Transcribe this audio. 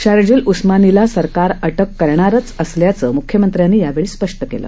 शार्जिल उस्मानीला सरकार अटक करणारच असल्याचं मुख्यमंत्र्यांनी यावेळी स्पष्ट केलं